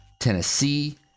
Tennessee